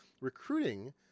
recruiting